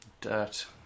Dirt